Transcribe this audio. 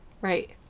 Right